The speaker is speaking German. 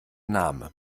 name